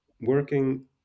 working